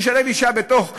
ישלב אישה בתוך הרשימה,